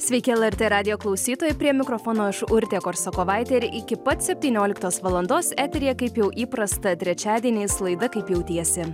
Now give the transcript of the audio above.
sveiki lrt radijo klausytojai prie mikrofono aš urtė korsakovaitė ir iki pat septynioliktos valandos eteryje kaip jau įprasta trečiadieniais laida kaip jautiesi